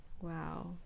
Wow